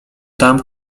tam